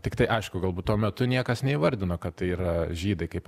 tiktai aišku galbūt tuo metu niekas neįvardino kad tai yra žydai kaip